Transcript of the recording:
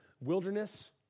wilderness